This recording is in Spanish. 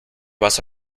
vas